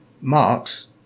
marks